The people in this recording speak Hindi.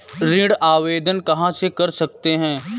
ऋण आवेदन कहां से कर सकते हैं?